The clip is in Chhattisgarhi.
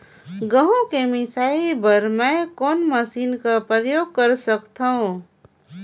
गहूं के मिसाई बर मै कोन मशीन कर प्रयोग कर सकधव?